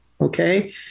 Okay